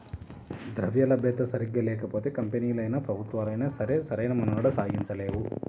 ద్రవ్యలభ్యత సరిగ్గా లేకపోతే కంపెనీలైనా, ప్రభుత్వాలైనా సరే సరైన మనుగడ సాగించలేవు